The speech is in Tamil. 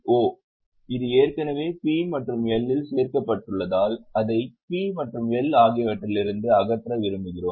O இது ஏற்கனவே P மற்றும் L இல் சேர்க்கப்பட்டுள்ளதால் அதை P மற்றும் L ஆகியவற்றிலிருந்து அகற்ற விரும்புகிறோம்